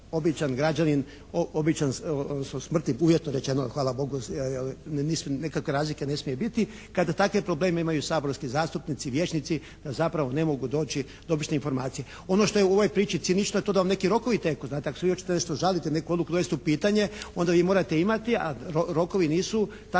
običan građanin, običan smrtnik uvjetno rečeno, hvala Bogu ja ne mislim, nikakve razlike ne smije biti kada takve probleme imaju saborski zastupnici, vijećnici da zapravo ne mogu doći do obične informacije. Ono što je u ovoj priči cinično je to da vam neki rokovi teku znate ako se vi hoćete nešto žaliti, neku odluku dovesti u pitanje onda vi morate imati, a rokovi nisu tako